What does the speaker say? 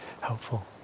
helpful